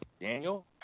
Daniel